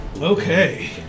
Okay